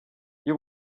you